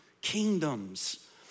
kingdoms